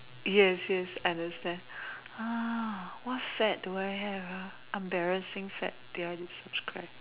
yes yes understand what sad do I have ah what embarrassing sad do I subscribe